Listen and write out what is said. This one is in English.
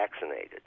vaccinated